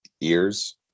ears